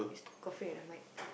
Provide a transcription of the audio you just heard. you still coughing at the mic